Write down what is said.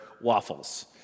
Waffles